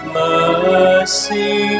mercy